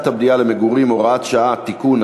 הבנייה למגורים (הוראת שעה) (תיקון),